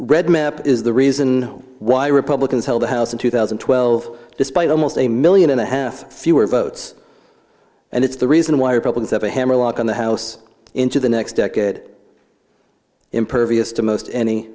red map is the reason why republicans held the house in two thousand and twelve despite almost a million and a half fewer votes and it's the reason why republicans have a hammerlock on the house into the next decade impervious to most any